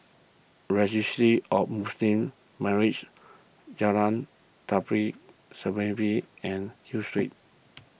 Registry of Muslim Marriages Jalan Tari Serimpi and Hill Street